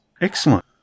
Excellent